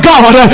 God